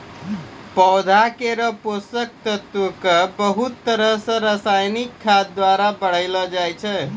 पौधा केरो पोषक तत्व क बहुत तरह सें रासायनिक खाद द्वारा बढ़ैलो जाय छै